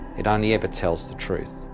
it only ever tells the truth.